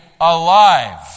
alive